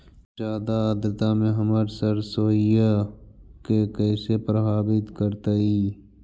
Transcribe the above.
जादा आद्रता में हमर सरसोईय के कैसे प्रभावित करतई?